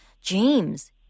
James